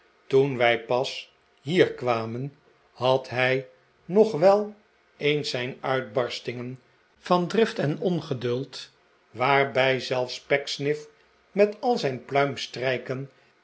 toen wij pas hier kwamen had hij nog wel eens zijn uitbarstingen van drift en ongeduld waarbij zelfs pecksniff met al zijn